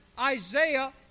Isaiah